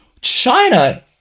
China